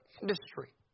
industry